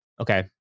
Okay